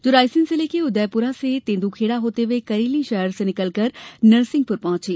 जो रायसेन जिले के उदयपुरा से तेंदुखेड़ा होते हुये करेली शहर से निकलकर नरसिंहपुर पहुंची